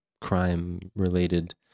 crime-related